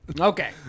Okay